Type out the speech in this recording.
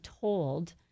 told